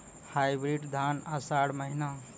Hybrid धान आषाढ़ महीना?